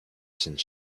since